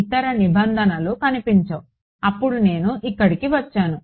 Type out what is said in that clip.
ఇతర నిబంధనలు కనిపించవు అప్పుడు నేను ఇక్కడికి వచ్చాను